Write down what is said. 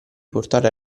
portare